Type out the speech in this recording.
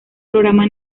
programa